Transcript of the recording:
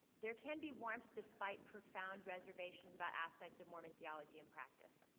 there can be warmth despite profound reservations about aspects of mormon theology in practice.